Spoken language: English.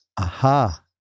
Aha